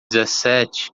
dezessete